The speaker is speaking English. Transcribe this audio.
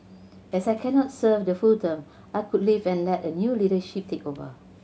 as I cannot serve the full term I could leave and let the new leadership take over